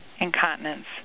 incontinence